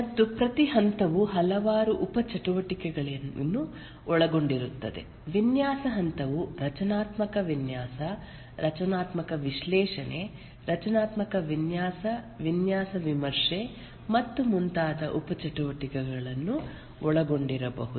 ಮತ್ತು ಪ್ರತಿ ಹಂತವು ಹಲವಾರು ಉಪ ಚಟುವಟಿಕೆಗಳನ್ನು ಒಳಗೊಂಡಿರುತ್ತದೆ ವಿನ್ಯಾಸ ಹಂತವು ರಚನಾತ್ಮಕ ವಿನ್ಯಾಸ ರಚನಾತ್ಮಕ ವಿಶ್ಲೇಷಣೆ ರಚನಾತ್ಮಕ ವಿನ್ಯಾಸ ವಿನ್ಯಾಸ ವಿಮರ್ಶೆ ಮತ್ತು ಮುಂತಾದ ಉಪ ಚಟುವಟಿಕೆಗಳನ್ನು ಒಳಗೊಂಡಿರಬಹುದು